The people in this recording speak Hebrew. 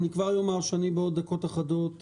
אני כבר יאמר שאני בעוד דקות אחדות,